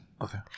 Okay